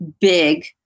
big